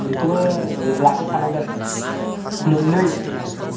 बेखौबो लाबोफानांगोन मोननै